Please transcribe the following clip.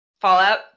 Fallout